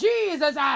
Jesus